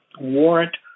warrant